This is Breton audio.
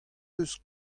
peus